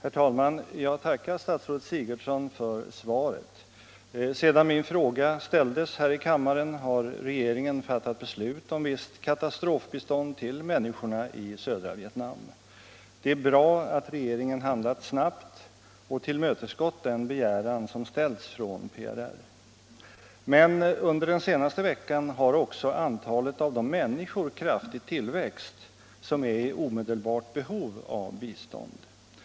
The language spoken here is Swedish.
.err talman! Jag tackar statsrådet Sigurdsen för svaret. Sedan min fråga ställdes här i kammaren har regeringen fattat beslut om visst katastrofbistånd till människorna i södra Vietnam. Det är bra att regeringen handlat snabbt och tillmötesgått den begäran som ställts från PRR. Men under den senaste veckan har också antalet människor som är i omedelbart behov av bistånd kraftigt tillväxt.